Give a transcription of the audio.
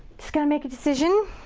just gotta make a decision.